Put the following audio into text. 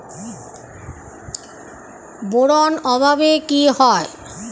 Boron অভাবে কি হয়?